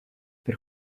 per